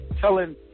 telling